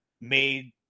made